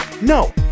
No